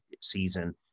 season